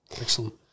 Excellent